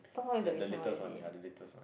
the the latest one ya the latest one